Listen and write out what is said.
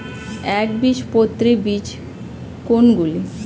একবীজপত্রী বীজ কোন গুলি?